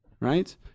Right